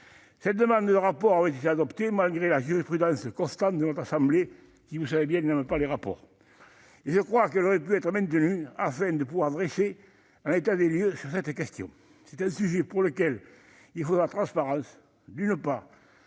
Cette demande de rapport avait été adoptée malgré la jurisprudence constante de notre assemblée, qui n'aime pas les rapports. Je crois qu'elle aurait pu être maintenue afin de dresser un état des lieux sur cette question. C'est un sujet pour lequel il faut de la transparence, à la